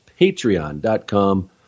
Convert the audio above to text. Patreon.com